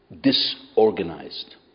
disorganized